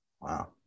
Wow